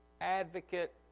advocate